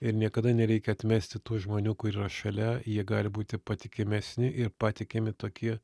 ir niekada nereikia atmesti tų žmonių kur yra šalia jie gali būti patikimesni ir patikimi tokie